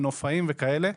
מנופאים וכאלה.